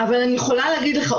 אבל אני יכולה להגיד לך,